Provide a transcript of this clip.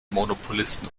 monopolisten